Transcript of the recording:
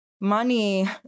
money